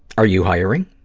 are you hiring?